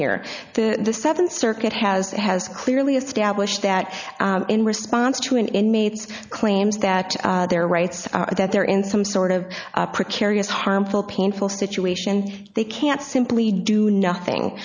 here the seven circuit has it has clearly established that in response to an inmate's claims that their rights are that they're in some sort of a precarious harmful painful situation they can't simply do nothing